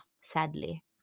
sadly